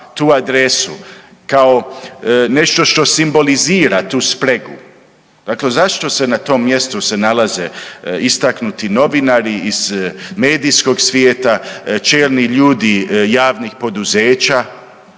tu adresu, kao nešto što simbolizira tu spregu. Dakle zašto se, na tom mjestu se nalaze, istaknuti novinari iz medijskog svijeta, čelni ljudi javnih poduzeća,